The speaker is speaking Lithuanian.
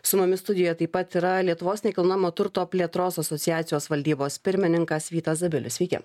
su mumis studijoje taip pat yra lietuvos nekilnojamojo turto plėtros asociacijos valdybos pirmininkas vytas zabilius sveiki